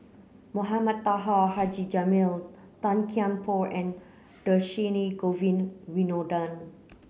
Mohamed Taha Haji Jamil Tan Kian Por and Dhershini Govin Winodan